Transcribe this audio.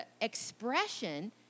expression